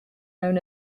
known